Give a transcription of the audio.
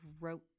wrote